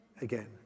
again